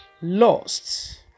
lost